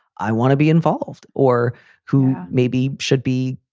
i want to be involved or who maybe should be,